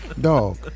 Dog